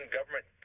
government